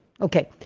Okay